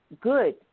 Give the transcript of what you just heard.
good